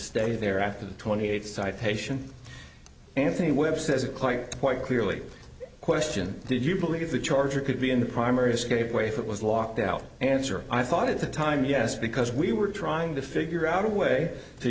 stay there after the twenty eight citation anthony webb says quite quite clearly question did you believe the charges could be in the primary escape way for it was locked out answer i thought at the time yes because we were trying to figure out a way to